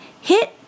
Hit